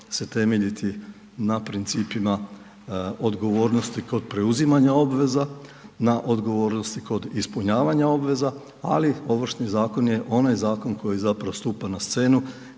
se temeljiti na principima odgovornosti kod preuzimanja obveza, na odgovornosti kod ispunjavanja obveza, ali Ovršni zakon je onaj zakon koji zapravo stupa na scenu